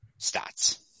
stats